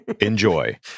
Enjoy